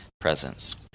presence